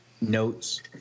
notes